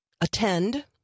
attend